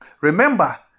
Remember